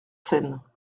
seine